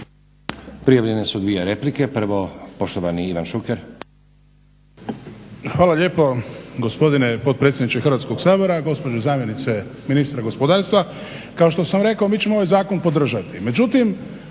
Prijavljene su dvije replike. Prvo poštovani Ivan Šuker.